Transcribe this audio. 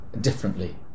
differently